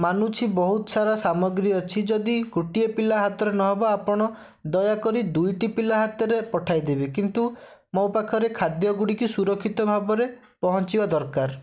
ମାନୁଛି ବହୁତସାରା ସାମଗ୍ରୀ ଅଛି ଯଦି ଗୋଟିଏ ପିଲା ହାତରେ ନ ହେବ ଆପଣ ଦୟାକରି ଦୁଇଟି ପିଲା ହାତରେ ପଠାଇଦେବେ କିନ୍ତୁ ମୋ ପାଖରେ ଖାଦ୍ୟଗୁଡ଼ିକୁ ସୁରକ୍ଷିତ ଭାବରେ ପହଞ୍ଚିବା ଦରକାର